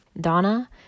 Donna